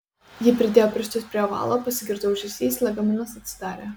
ji pridėjo pirštus prie ovalo pasigirdo ūžesys lagaminas atsidarė